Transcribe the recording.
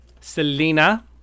Selena